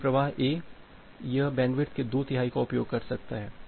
तो यह प्रवाह A यह बैंडविड्थ के 2 तिहाई का उपयोग कर सकता है